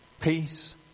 Peace